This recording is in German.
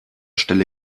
stelle